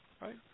Right